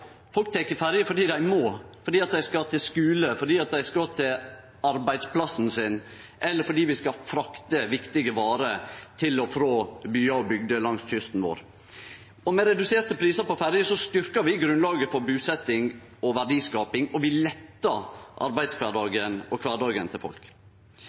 Folk tek ferje fordi dei må – fordi dei skal til skulen, fordi dei skal til arbeidsplassen sin, eller fordi ein skal frakte viktige varer til og frå byar og bygder langs kysten vår. Med reduserte prisar på ferje styrkjer vi grunnlaget for busetjing og verdiskaping, og vi lettar arbeidskvardagen og kvardagen til folk.